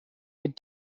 mid